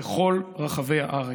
בכל רחבי הארץ.